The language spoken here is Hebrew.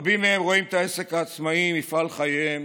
רבים מהם רואים את העסק העצמאי, מפעל חייהם,